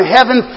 Heaven